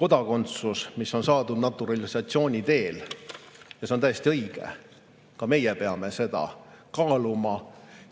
kodakondsus, mis on saadud naturalisatsiooni teel. Ja see on täiesti õige. Ka meie peame seda kaaluma